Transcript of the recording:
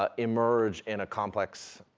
ah emerge in a complex,